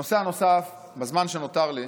הנושא הנוסף, בזמן שנותר לי,